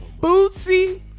Bootsy